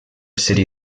city